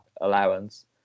allowance